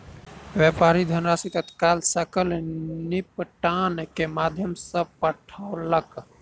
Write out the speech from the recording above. व्यापारी धनराशि तत्काल सकल निपटान के माध्यम सॅ पठौलक